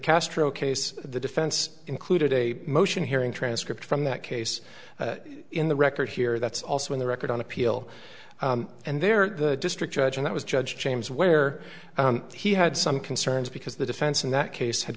castro case the defense included a motion hearing transcript from that case in the record here that's also in the record on appeal and they're the district judge and it was judge james where he had some concerns because the defense in that case had